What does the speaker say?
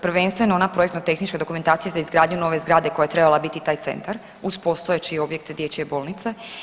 Prvenstveno ona projektno-tehnička dokumentacija za izgradnju nove zgrade koja je trebala biti taj centar uz postojeći objekt dječje bolnice.